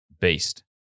beast